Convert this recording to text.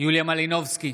יוליה מלינובסקי,